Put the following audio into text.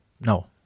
No